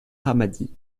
hammadi